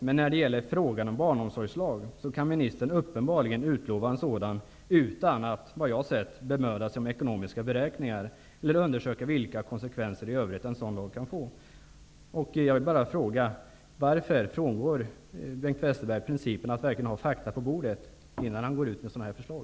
Men när det sedan gäller frågan om en barnomsorgslag kan ministern uppenbarligen utlova en sådan utan att, vad jag har sett, bemöda sig om att göra ekonomiska beräkningar eller undersöka vilka konsekvenser i övrigt en sådan lag kan få. Varför frångår Bengt Westerberg principen att verkligen ha fakta på bordet innan han går ut med sådana förslag?